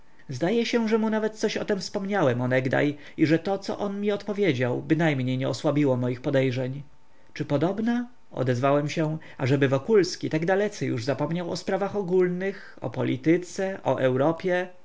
zdaje się że mu nawet coś o tem wspomniałem onegdaj i że to co on mi odpowiedział bynajmniej nie osłabiło moich podejrzeń czy podobna odezwałem się ażeby wokulski tak dalece już zapominał o sprawach ogólnych o polityce o europie